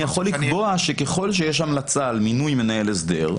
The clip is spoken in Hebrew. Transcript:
אני יכול לקבוע שככל שיש המלצה על מינוי מנהל הסדר,